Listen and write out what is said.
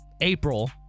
April